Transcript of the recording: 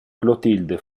clotilde